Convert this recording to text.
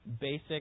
basic